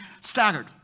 staggered